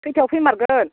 खयथायाव फैमारगोन